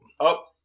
Up